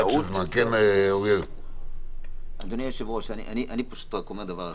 אדוני היושב ראש, אני אומר דבר אחד.